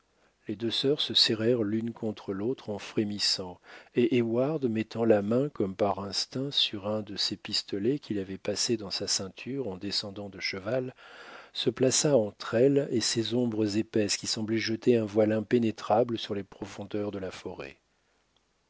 les deux sœurs se serrèrent l'une contre l'autre en frémissant et heyward mettant la main comme par instinct sur un de ses pistolets qu'il avait passés dans sa ceinture en descendant de cheval se plaça entre elles et ces ombres épaisses qui semblaient jeter un voile impénétrable sur les profondeurs de la forêt